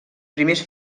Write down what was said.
primers